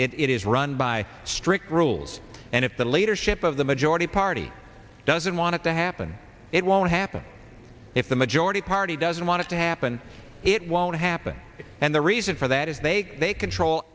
body it is run by strict rules and if the leadership of the majority party doesn't want it to happen it won't happen if the majority party doesn't want it to happen it won't happen and the reason for that is they they control